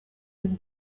him